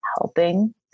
helping